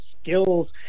skills